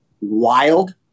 wild